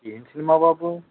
ఏం సినిమా బాబు